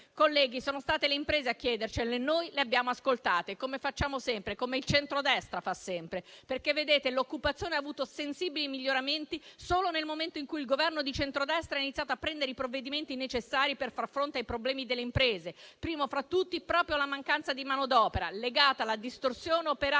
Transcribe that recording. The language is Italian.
Colleghi, sono state le imprese a chiedercelo e noi le abbiamo ascoltate, come facciamo sempre, come il centrodestra fa sempre. L'occupazione ha avuto sensibili miglioramenti solo nel momento in cui il Governo di centrodestra ha iniziato a prendere i provvedimenti necessari per far fronte ai problemi delle imprese, primo fra tutti proprio la mancanza di manodopera legata alla distorsione operata